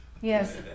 yes